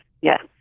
yes